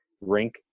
rink